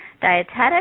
dietetics